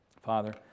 Father